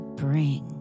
bring